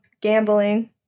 gambling